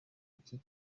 iki